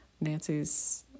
Nancy's